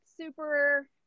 super